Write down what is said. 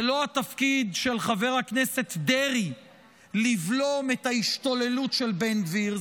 זה לא התפקיד של חבר הכנסת דרעי לבלום את ההשתוללות של בן גביר,